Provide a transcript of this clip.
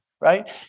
right